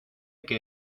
que